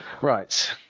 right